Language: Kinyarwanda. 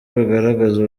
bigaragaza